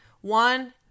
one